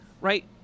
right